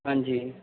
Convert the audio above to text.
ਹਾਂਜੀ